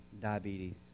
diabetes